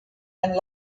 and